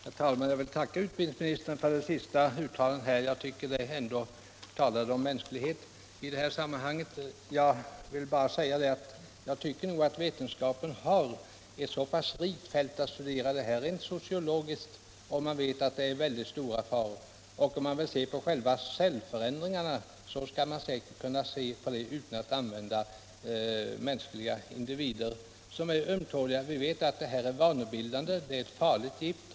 Herr talman! Jag tackar utbildningsministern för detta sista uttalande, som vittnade om mänsklighet i denna situation. Jag vill bara tillägga att vetenskapen ju ändå har ett rikt fält att studera dessa frågor rent sociologiskt. Man vet att alkoholen innebär mycket stora faror. Bara genom att studera själva cellförändringarna skall man säkert kunna se verkningarna av alkoholen. Man behöver inte använda några människor för det. De är ömtåliga. Vi vet också att alkoholen är vanebildande. Det är ett farligt gift.